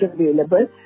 available